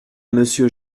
monsieur